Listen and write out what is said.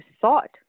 thought